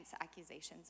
accusations